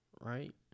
Right